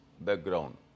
background